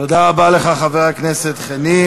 תודה רבה לך, חבר הכנסת חנין.